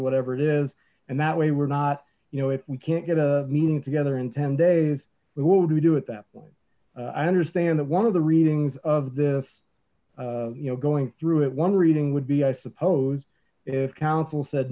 or whatever it is and that way we're not you know if we can't get a meeting together in ten days with what would we do at that point i understand that one of the readings of this you know going through it one reading would be i suppose if council said